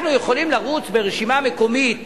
אנחנו יכולים לרוץ ברשימה מקומית